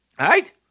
Right